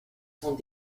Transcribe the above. sont